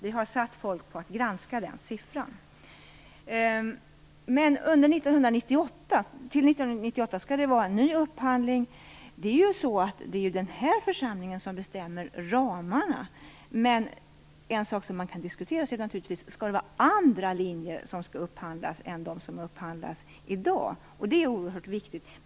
Vi har satt folk på att granska den siffran. Men till 1998 skall det vara en ny upphandling. Det är ju den här församlingen som bestämmer ramarna. Man kan naturligtvis diskutera om man skall upphandla andra linjer än de som upphandlas i dag. Det är oerhört viktigt.